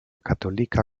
katolika